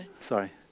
Sorry